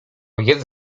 jest